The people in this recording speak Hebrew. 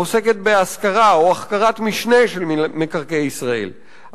העוסקת בהשכרה או החכרת משנה של מקרקעי ישראל,